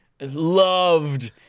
loved